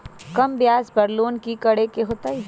कम ब्याज पर लोन की करे के होतई?